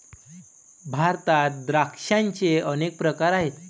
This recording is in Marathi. भारतात द्राक्षांचे अनेक प्रकार आहेत